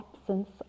absence